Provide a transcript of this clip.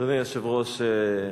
אדוני היושב-ראש,